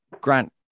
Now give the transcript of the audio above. Grant